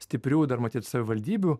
stiprių dar matyt savivaldybių